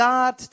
God